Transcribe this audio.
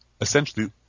essentially